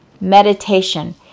meditation